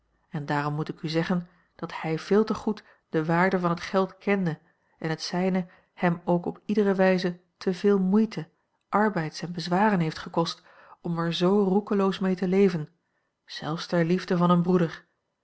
en daarom moet ik u zeggen dat hij veel te goed de waarde van het geld kende en het zijne hem ook op iedere wijze te veel moeite a l g bosboom-toussaint langs een omweg arbeids en bezwaren heeft gekost om er z roekeloos mee te leven zelfs ter liefde van een broeder